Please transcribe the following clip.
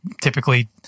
typically